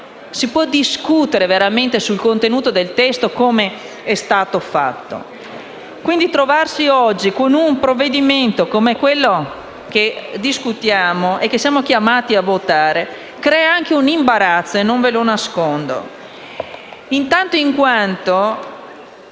si può discutere veramente sul contenuto del testo, come è stato fatto. Quindi, trovarsi oggi con un provvedimento come quello di cui discutiamo e che siamo chiamati a votare crea anche un imbarazzo e non lo nascondo.